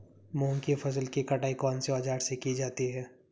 मूंग की फसल की कटाई कौनसे औज़ार से की जाती है?